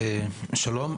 שלום,